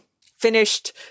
finished